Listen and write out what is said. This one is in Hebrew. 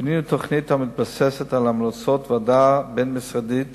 בנינו תוכנית המתבססת על המלצות ועדה בין-משרדית